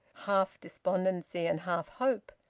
half-despondency and half-hope.